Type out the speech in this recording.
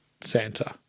Santa